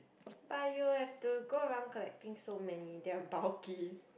but you will have to go around collecting so many they are bulky